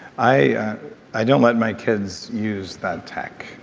i i don't let my kids use that tech.